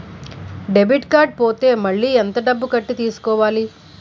Debit card పోతే మళ్ళీ ఎంత డబ్బు కట్టి తీసుకోవాలి?